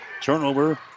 Turnover